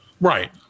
right